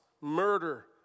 murder